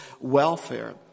welfare